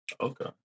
Okay